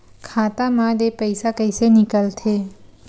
खाता मा ले पईसा कइसे निकल थे?